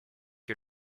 que